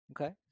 Okay